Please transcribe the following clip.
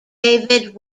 david